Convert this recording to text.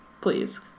please